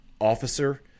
officer